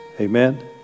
Amen